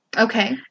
Okay